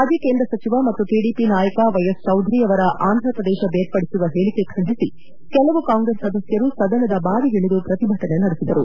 ಮಾಜಿ ಕೇಂದ್ರ ಸಚಿವ ಮತ್ತು ಟಿಡಿಪಿ ನಾಯಕ ವ್ಯೆಎಸ್ ಚೌಧರಿ ಅವರ ಆಂಧಪ್ರದೇಶ ಬೇರ್ಪಡಿಸುವ ಹೇಳಿಕೆ ಖಂಡಿಸಿ ಕೆಲವು ಕಾಂಗ್ರೆಸ್ ಸದಸ್ನರು ಸದನದ ಬಾವಿಗಿಳಿದು ಪ್ರತಿಭಟನೆ ನಡೆಸಿದರು